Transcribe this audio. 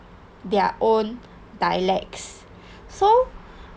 their own dialects so